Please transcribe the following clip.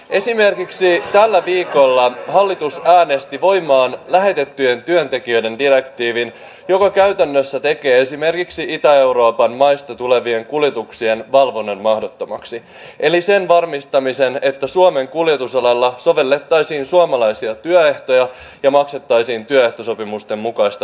esimerkiksi tällä viikolla hallitus äänesti voimaan lähetettyjen työntekijöiden direktiivin joka käytännössä tekee esimerkiksi itä euroopan maista tulevien kuljetuksien valvonnan mahdottomaksi eli sen varmistamisen että suomen kuljetusalalla sovellettaisiin suomalaisia työehtoja ja maksettaisiin työehtosopimusten mukaista palkkaa